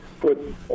put